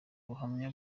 ubuhanga